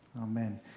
Amen